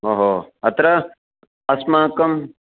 ओहो अत्र अस्माकम्